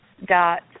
dot